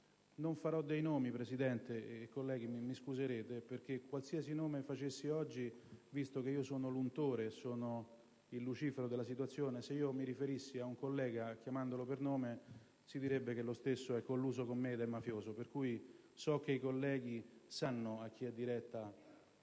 Non farò dei nomi, Presidente e colleghi, e me ne scuserete, perché qualsiasi nome facessi oggi, visto che io sono l'untore ed il Lucifero della situazione, se mi riferissi ad un collega chiamandolo per nome si direbbe che lo stesso è colluso con me ed è mafioso. So che i colleghi sanno a chi è diretta